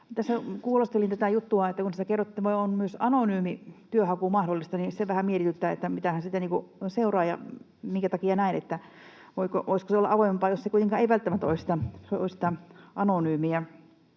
kuulostelin tätä juttua, kun kerrottiin, että on myös anonyymi työnhaku mahdollista, niin se vähän mietityttää: mitähän siitä seuraa ja minkä takia näin? Voisiko se olla avoimempaa, jos se kuitenkaan ei välttämättä olisi sitä anonyymiä?